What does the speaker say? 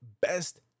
best